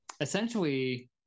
essentially